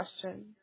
question